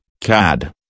CAD